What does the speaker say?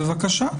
בבקשה,